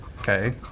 okay